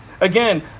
Again